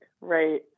Right